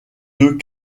deux